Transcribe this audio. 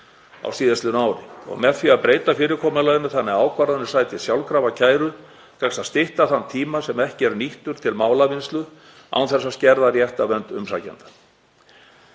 á síðastliðnu ári, og með því að breyta fyrirkomulaginu þannig að ákvarðanir sæti sjálfkrafa kæru tekst að stytta þann tíma sem ekki er nýttur til málavinnslu án þess að skerða réttarvernd umsækjenda.